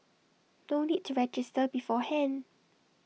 no need to register beforehand